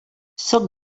sóc